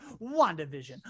WandaVision